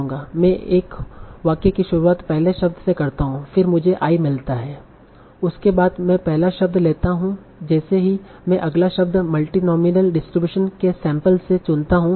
मैं यह कैसे करूंगा मैं एक वाक्य की शुरुआत पहले शब्द से करता हूं फिर मुझे i मिलता है उसके बाद मैं पहला शब्द लेता हूं जैसे ही मैं अगला शब्द मल्टीनोमिअल डिस्ट्रीब्यूशन के सैंपल से चुनता हूं